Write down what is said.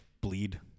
bleed